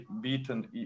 beaten